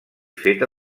feta